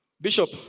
Bishop